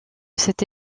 cette